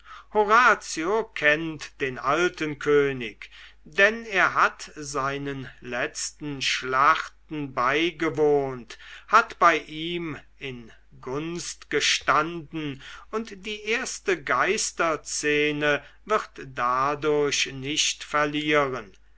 horatio kennt den alten könig denn er hat seinen letzten schlachten beigewohnt hat bei ihm in gunsten gestanden und die erste geisterszene wird dadurch nicht verlieren